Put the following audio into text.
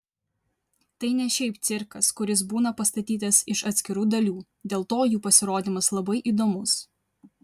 tai ne šiaip cirkas kuris būna pastatytas iš atskirų dalių dėl to jų pasirodymas labai įdomus